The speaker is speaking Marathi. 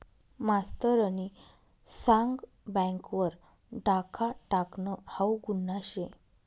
मास्तरनी सांग बँक वर डाखा टाकनं हाऊ गुन्हा शे